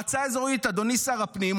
אדוני שר הפנים,